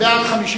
להחיל